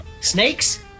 Snakes